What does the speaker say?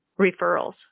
referrals